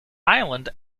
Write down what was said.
island